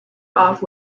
off